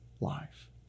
life